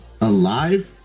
alive